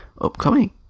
upcoming